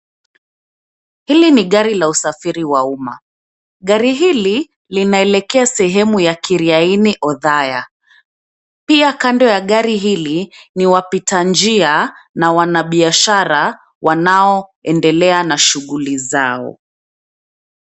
Hili ni gari la usafiri wa uma. Gari hili linaelekea sehemu ya Kiriaini Othaya. Pia kando ya gari hili ni wapita njia na wanabiashara wanaoendelea na shughuli zao.